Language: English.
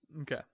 Okay